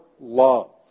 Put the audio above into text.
love